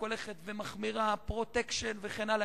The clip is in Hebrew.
הולכת ומחמירה: "פרוטקשן" וכן הלאה,